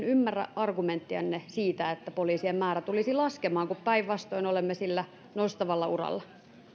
ymmärrä argumenttejanne siitä että poliisien määrä tulisi laskemaan kun päinvastoin olemme sillä nostavalla uralla